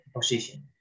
position